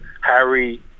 Harry